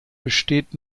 besteht